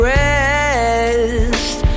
rest